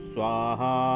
Swaha